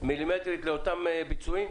מילימטרית לאותם ביצועים.